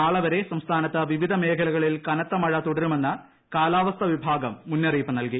നാളെ വര്യ്ക്ക് സംസ്ഥാനത്ത് പിവിധ മേഖലകളിൽ കനത്ത് മഴ് തുടരുമെന്ന് കാലാവസ്ഥാ വിഭാഗം മുന്നറിയിപ്പ് നിൽകി